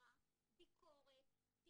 בחזרה ביקורת,